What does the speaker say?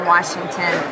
Washington